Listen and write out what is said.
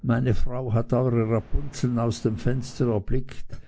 meine frau hat eure rapunzeln aus dem fenster erblickt